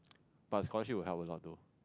but scholarship will help alot though